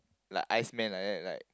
like iceman like that like